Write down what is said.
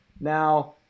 Now